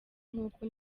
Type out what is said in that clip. nk’uko